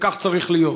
וכך צריך להיות.